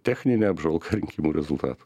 techninė apžvalga rinkimų rezultatų